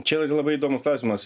čia irgi labai įdomus klausimas